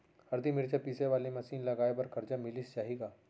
हरदी, मिरचा पीसे वाले मशीन लगाए बर करजा मिलिस जाही का?